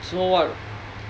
so what